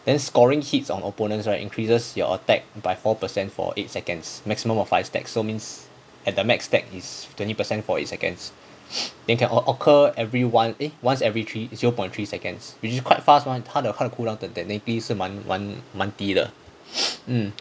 then scoring hits on opponents right increases your attacks by four per cent for eight seconds maximum of five stacks so means at the max stack is twenty percent for eight seconds then can oc~ occur every once eh once every three zero point three seconds which is quite fast [one] 他的他的 cool down 的 technically 是蛮蛮蛮低的